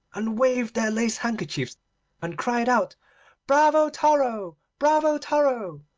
and waved their lace handkerchiefs and cried out bravo toro! bravo toro!